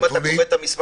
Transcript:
כי אם אתה קורא את המסמך,